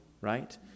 right